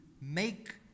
make